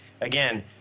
again